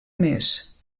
més